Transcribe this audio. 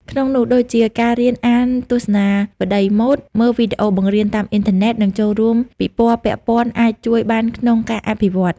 ក្នុងនោះដូចជា ការរៀនអានទស្សនាវដ្តីម៉ូដ មើលវីដេអូបង្រៀនតាមអ៊ីនធឺណិត និងចូលរួមពិព័រណ៍ពាក់ព័ន្ធអាចជួយបានក្នុងការអភិវឌ្ឍន៍។